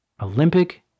Olympic